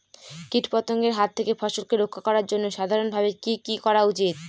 কীটপতঙ্গের হাত থেকে ফসলকে রক্ষা করার জন্য সাধারণভাবে কি কি করা উচিৎ?